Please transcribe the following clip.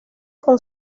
con